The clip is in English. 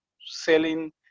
selling